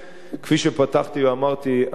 כפי שפתחתי ואמרתי, אני,